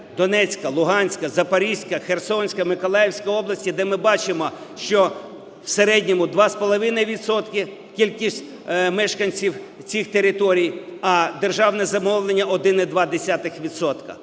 Донецька, Луганська, Запорізька, Херсонська, Миколаївська області, - де ми бачимо, що в середньому два з половиною відсотки кількість мешканців цих територій, а державне замовлення - 1,2